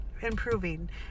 improving